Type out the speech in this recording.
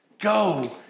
go